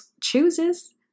chooses